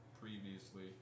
previously